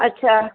अच्छा